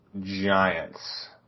Giants